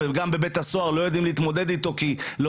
וגם בבית הסוהר לא יודעים להתמודד אתו כי לא